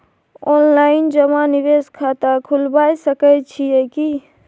Online जमा निवेश खाता खुलाबय सकै छियै की?